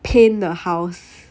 paint the house